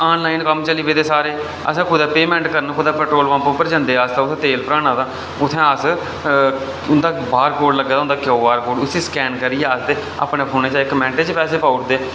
online कम्म चली पेदे सारै असें कुतै पेमैंट करनी कुतै पट्रोल पंप पर जंदे अस तेल भराना उत्थै अस उंदा बाह्र बोर्ड लग्गे दा होंदा क्यूआर उसी अस स्कैन करियै अस ते अपने फोना चा इक मैंटा च पैसे पाई ओड़दे